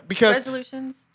Resolutions